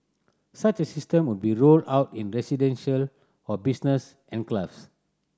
such a system would be rolled out in residential or business enclaves